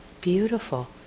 Beautiful